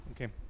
Okay